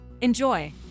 Enjoy